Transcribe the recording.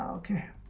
ok